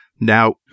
Now